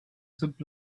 zip